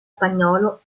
spagnolo